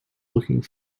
looking